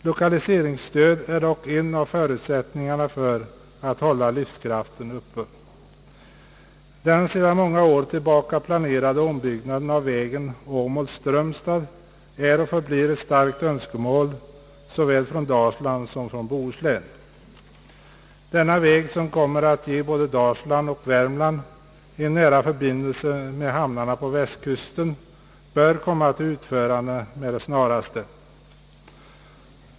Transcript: Lokali seringsstöd är emellertid en av förutsättningarna för att kunna hålla livskraften uppe. Den sedan något år tillbaka planerade ombyggnaden av vägen Åmål Strömstad är och förblir ett starkt önskemål såväl från Dalsland som från Bohuslän. Denna väg, som kommer att ge både Dalsland och Värmland en nära förbindelse med hamnarna på västkusten, bör komma till utförande med det snaraste.